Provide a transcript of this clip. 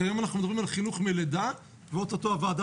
כי היום אנחנו מדברים על חינוך מלידה ואוטוטו הוועדה